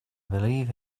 believe